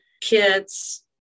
kids